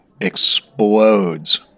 explodes